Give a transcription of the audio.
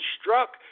struck